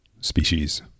species